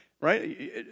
right